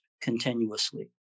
continuously